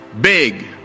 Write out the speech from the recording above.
big